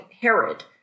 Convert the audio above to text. Herod